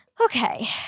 Okay